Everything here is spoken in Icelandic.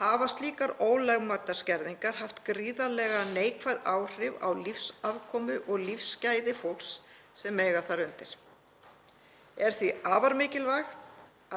Hafa slíkar ólögmætar skerðingar haft gríðarlega neikvæð áhrif á lífsafkomu og lífsgæði fólks sem eiga þar undir. Er því afar mikilvægt